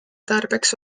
tarbeks